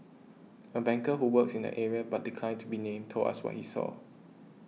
a banker who works in the area but declined to be named told us what he saw